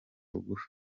bugufi